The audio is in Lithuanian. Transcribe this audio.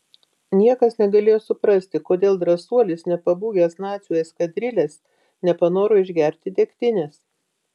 niekas negalėjo suprasti kodėl drąsuolis nepabūgęs nacių eskadrilės nepanoro išgerti degtinės